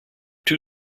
two